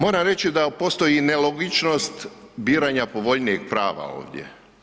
Moram reći da postoji nelogičnost biranja povoljnijeg prava ovdje.